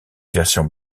versions